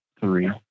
three